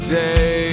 day